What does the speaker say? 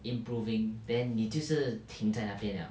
improving then 你就是停在那边了